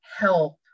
help